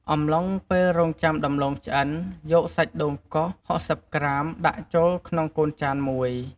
អំឡុងពេលរង់ចាំដំឡូងឆ្អិន យកសាច់ដូងកោស ៦០ ក្រាម ដាក់ចូលក្នុងកូនចានមួយ។